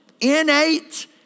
innate